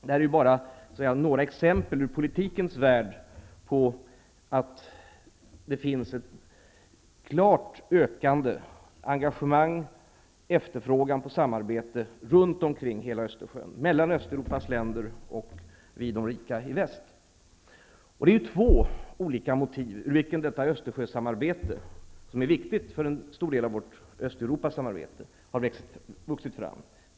Detta är bara några exempel ur politikens värld på att det finns ett klart ökande engagemang och en efterfrågan på samarbete runt hela Östersjön mellan Östeuropas länder och de rika länderna i väst. De finns två olika motiv för hur detta Östersjösamarbete, som är viktigt för en stor del av vårt Östeuropasamarbete, har vuxit fram.